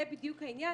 זה בדיוק העניין,